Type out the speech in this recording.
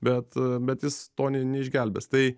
bet bet jis to ne neišgelbės tai